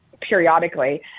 periodically